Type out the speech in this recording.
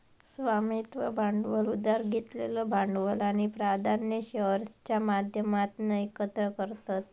स्वामित्व भांडवल उधार घेतलेलं भांडवल आणि प्राधान्य शेअर्सच्या माध्यमातना एकत्र करतत